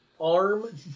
arm